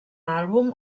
àlbum